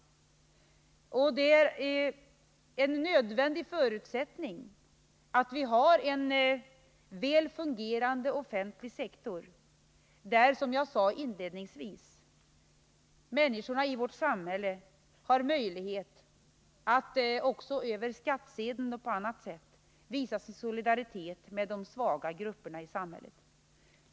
Det är en nödvändig förutsättning att vi har en väl fungerande offentlig sektor i vårt samhälle, där, som jag sade inledningsvis, människorna har möjlighet att över skattsedeln och på annat sätt visa in solidaritet med de svaga grupperna i samhället.